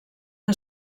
que